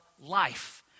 life